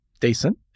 decent